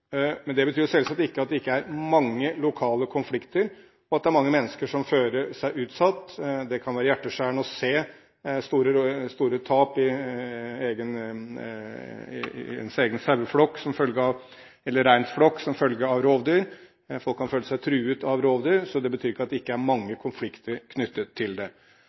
betyr det selvsagt ikke at det ikke er mange lokale konflikter, og at det er mange mennesker som føler seg utsatt. Det kan være hjerteskjærende å se store tap i sin egen saueflokk eller reinflokk som følge av rovdyr. Folk kan føle seg truet av rovdyr. Så det betyr ikke at det ikke er mange konflikter knyttet til det.